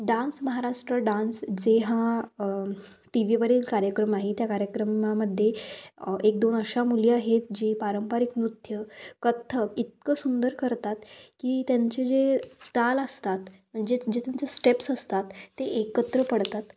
dance Maharashtra dance जे हा टी वीवरील कार्यक्रम आहे त्या कार्यक्रमामध्ये एक दोन अशा मुली आहेत जे पारंपरिक नृत्य कथ्थक इतकं सुंदर करतात की त्यांचे जे ताल असतात म्हणजे जे त्यांचे स्टेप्स असतात ते एकत्र पडतात